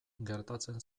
gertatzen